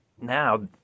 now